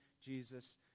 Jesus